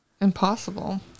impossible